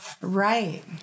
Right